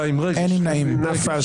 הצבעה לא אושרה נפל.